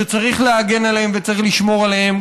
שצריך להגן עליהם וצריך לשמור עליהם,